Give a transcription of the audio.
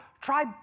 try